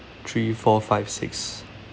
three four five six